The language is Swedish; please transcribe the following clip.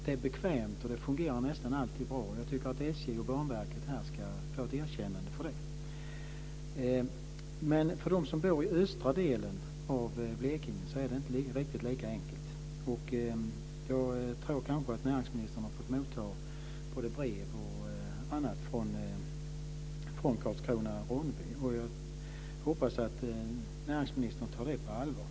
Det är bekvämt, och det fungerar nästan alltid bra. Jag tycker att SJ och Banverket ska få ett erkännande för det. Men för dem som bor i östra delen av Blekinge är det inte riktigt lika enkelt. Jag tror att näringsministern har fått motta både brev och annat från Karlskrona och Ronneby. Jag hoppas att näringsministern tar det här på allvar.